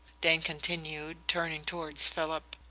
dane continued, turning towards philip.